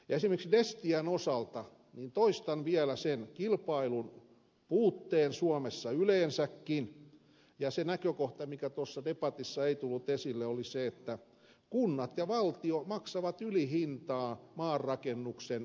esimerkiksi destian osalta toistan vielä kilpailun puutteen suomessa yleensäkin ja se näkökohta mikä tuossa debatissa ei tullut esille oli se että kunnat ja valtio maksavat ylihintaa maanrakennuksen urakoista